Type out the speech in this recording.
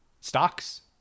Stocks